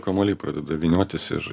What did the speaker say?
kamuoliai pradeda vyniotis ir